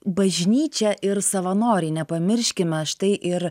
bažnyčia ir savanoriai nepamirškime štai ir